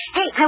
Hey